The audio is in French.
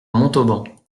montauban